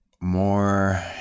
more